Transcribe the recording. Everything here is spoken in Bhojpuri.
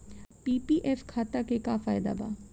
पी.पी.एफ खाता के का फायदा बा?